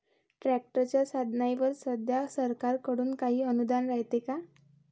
ट्रॅक्टरच्या साधनाईवर सध्या सरकार कडून काही अनुदान रायते का?